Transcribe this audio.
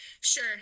Sure